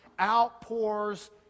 outpours